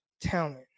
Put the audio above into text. talent